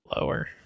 Lower